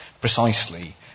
precisely –